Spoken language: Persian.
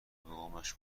قومش